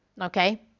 okay